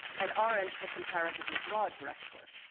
and orange for comparatively broad brush work,